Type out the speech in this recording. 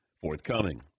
forthcoming